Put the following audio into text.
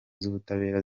z’ubutabera